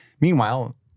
Meanwhile